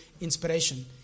inspiration